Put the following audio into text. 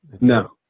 No